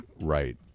right